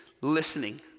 listening